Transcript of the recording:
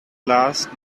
last